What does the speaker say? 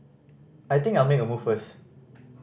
I think I'll make a move first